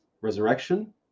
resurrection